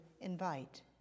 invite